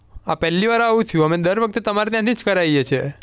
આ પહેલી વાર આવું થયું અમે દર વખતે તમારે ત્યાંથી જ કરાવીએ છીએ